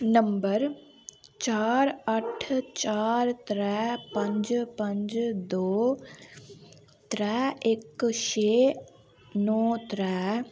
number चार अठ्ठ चार त्रै पंज पंज दो त्रै इक छे नौ त्रै